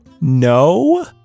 No